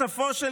לסיום, אדוני.